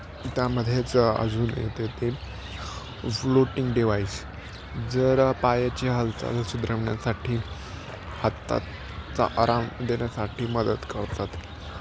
त्यामध्येच अजून येत आहे ते फ्लोटिंग डिवाइस जर पायाचे हालचाल सुधरवण्यासाठी हाताचा आराम देण्यासाठी मदत करतात